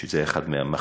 שזה היה אחד מהמחזות